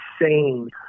insane